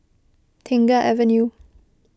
Tengah Avenue